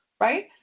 Right